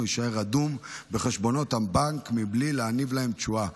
יישאר רדום בחשבונות הבנק מבלי להניב להם תשואה,